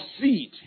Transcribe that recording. seed